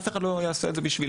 אף אחד לא יעשה את זה בשבילה,